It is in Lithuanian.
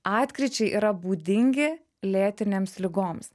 atkryčiai yra būdingi lėtinėms ligoms